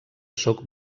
sóc